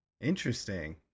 interesting